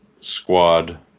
Squad